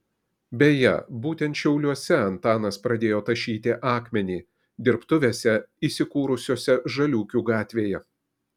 beje būtent šiauliuose antanas pradėjo tašyti akmenį dirbtuvėse įsikūrusiose žaliūkių gatvėje